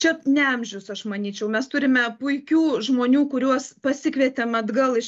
čia ne amžius aš manyčiau mes turime puikių žmonių kuriuos pasikvietėm atgal iš